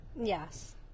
Yes